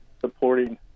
supporting